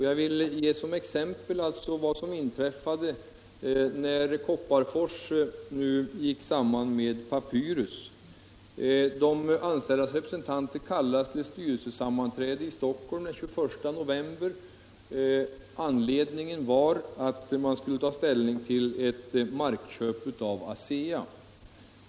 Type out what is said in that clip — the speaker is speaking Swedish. Jag vill som exempel nämna vad som inträffade när Kopparfors gick samman med Papyrus. De anställdas representanter kallades till styrelsesammanträde i Stockholm den 21 november. Anledningen var att man skulle ta ställning till ett markköp av ASEA.